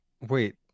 wait